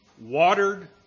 watered